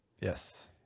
Yes